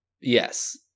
Yes